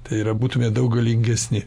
tai yra būtumėt daug galingesni